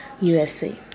USA